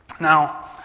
Now